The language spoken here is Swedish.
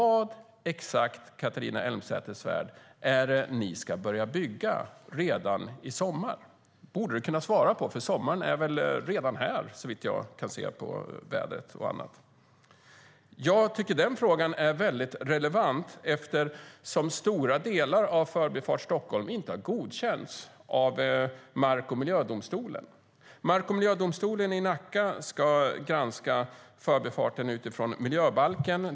Vad exakt, Catharina Elmsäter-Svärd, är det ni ska börja bygga redan i sommar? Det borde du kunna svara på, för sommaren är redan här, såvitt jag kan se på vädret och annat. Jag tycker att den frågan är väldigt relevant, eftersom stora delar av Förbifart Stockholm inte har godkänts av mark och miljödomstolen. Mark och miljödomstolen i Nacka ska granska förbifarten utifrån miljöbalken.